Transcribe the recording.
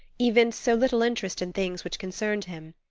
evinced so little interest in things which concerned him,